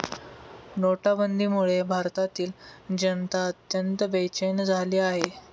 नोटाबंदीमुळे भारतातील जनता अत्यंत बेचैन झाली होती